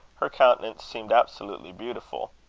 her countenance seemed absolutely beautiful.